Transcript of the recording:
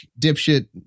dipshit